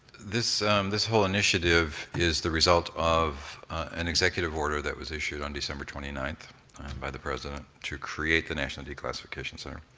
this this whole initiative is the result of an executive order that was issued on december twenty ninth by the president to create the national declassification center.